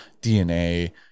DNA